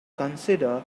consider